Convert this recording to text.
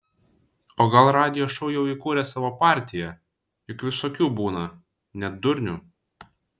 o gal radijo šou jau įkūrė savo partiją juk visokių būna net durnių